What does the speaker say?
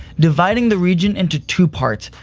dividing the region into two parts,